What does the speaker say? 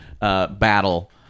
battle